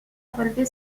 relever